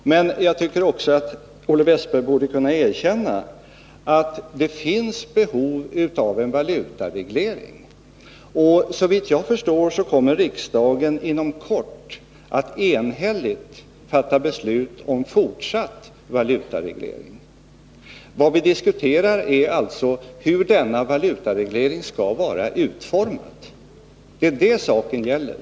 Men jag tycker också att Olle Wästberg borde kunna erkänna att det finns behov av en valutareglering. Såvitt jag förstår kommer riksdagen inom kort att enhälligt fatta beslut om en fortsatt valutareglering. Vad vi diskuterar är alltså hur denna valutareglering skall vara utformad. Det är det saken gäller.